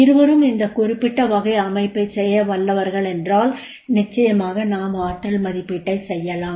இருவரும் இந்த குறிப்பிட்ட வகை அமைப்பைச் செய்ய வல்லவர்கள் என்றால் நிச்சயமாக நாம் ஆற்றல் மதிப்பீட்டைச் செய்யலாம்